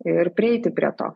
ir prieiti prie to